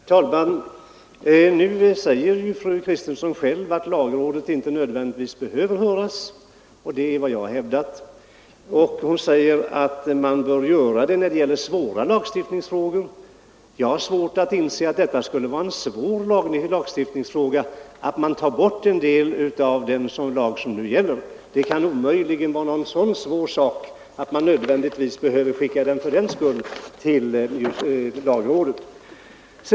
Herr talman! Nu säger fru Kristensson själv att lagrådet inte nödvändigtvis behöver höras, och det är vad jag har hävdat. Hon menar att man bör göra det när det gäller svåra lagstiftningsfrågor, men jag kan inte inse att det skulle vara en svår lagstiftningsfråga att man tar bort en del av den lag som nu gäller. Det kan omöjligen vara någon så svår sak att man fördenskull nödvändigtvis skall skicka ärendet till lagrådet.